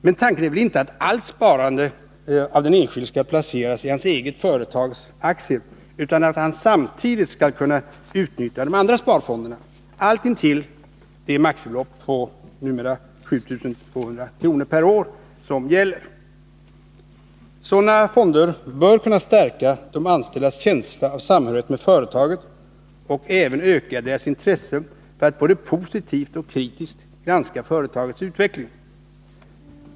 Men tanken är väl inte att allt sparande av den enskilde skall placeras i hans eget företags aktier utan att han samtidigt skall kunna utnyttja de andra sparfonderna. Allt intill det maximibelopp på 7 200 kr. per år som numera gäller. Sådana fonder bör kunna stärka de anställdas känsla av samhörighet med företaget och även öka deras intresse för att både positivt och kritiskt granska företagets utveckling.